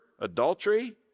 adultery